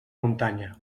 muntanya